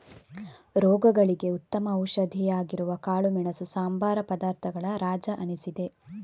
ರೋಗಗಳಿಗೆ ಉತ್ತಮ ಔಷಧಿ ಆಗಿರುವ ಕಾಳುಮೆಣಸು ಸಂಬಾರ ಪದಾರ್ಥಗಳ ರಾಜ ಅನಿಸಿದೆ